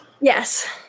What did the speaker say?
Yes